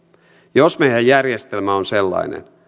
jos meidän järjestelmä on sellainen